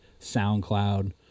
SoundCloud